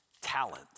talent